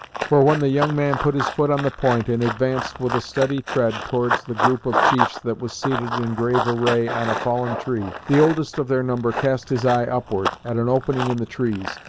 for when the young man put his foot on the point, and advanced with a steady tread towards the group of chiefs that was seated in grave array on a fallen tree, the oldest of their number cast his eye upward, at an opening in the trees,